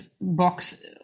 box